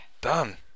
done